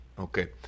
Okay